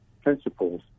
principles